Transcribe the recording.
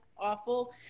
awful